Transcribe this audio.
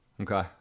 Okay